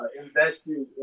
invested